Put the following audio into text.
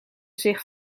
zich